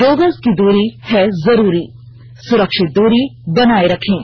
दो गज की दूरी है जरूरी सुरक्षित दूरी बनाए रखें